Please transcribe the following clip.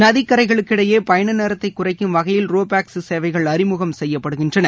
நதிக்கரைகளுக்கிடையே பயண நேரத்தை குறைக்கும் வகையில் ரோபாக்ஸ் சேசைவகள் அறிமுகம் செய்யப்படுகின்றன